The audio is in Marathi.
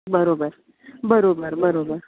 बरोबर बरोबर बरोबर